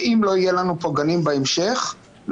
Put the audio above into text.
שאם לא יהיו לנו פה גנים בהמשך - לא